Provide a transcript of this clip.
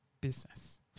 business